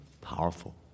Powerful